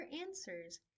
answers